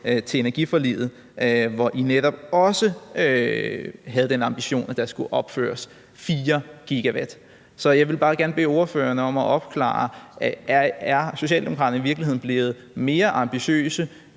til energiforliget, hvor I netop også havde den ambition, at der skulle opføres 4 GW. Så jeg vil bare gerne bede ordføreren om at opklare: Er Socialdemokraterne i virkeligheden blevet mere ambitiøse